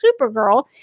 Supergirl